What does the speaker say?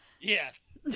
Yes